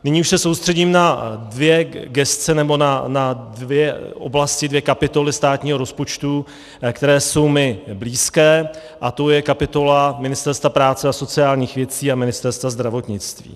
Nyní už se soustředím na dvě gesce nebo na dvě oblasti, dvě kapitoly státního rozpočtu, které jsou mi blízké, a to je kapitola Ministerstva práce a sociálních věcí a Ministerstva zdravotnictví.